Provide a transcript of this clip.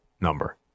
number